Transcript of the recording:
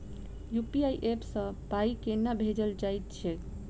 UPI app सँ पाई केना भेजल जाइत छैक?